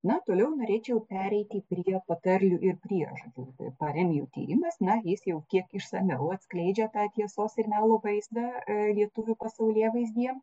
na toliau norėčiau pereiti prie patarlių ir priežodžių paremijų tyrimas na jis jau kiek išsamiau atskleidžia tą tiesos ir melo vaizdą lietuvių pasaulėvaizdyje